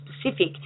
specific